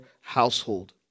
household